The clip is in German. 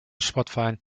sportverein